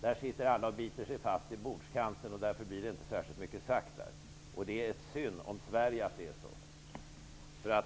Där sitter alla och biter sig fast i bordskanten, och därför blir det inte särskilt mycket sagt där. Det är synd om Sverige för att det är så.